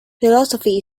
philosophy